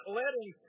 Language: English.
letting